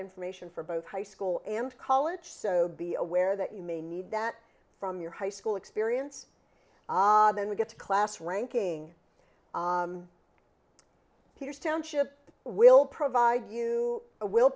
information for both high school and college so be aware that you may need that from your high school experience then we get to class ranking peers township will provide you will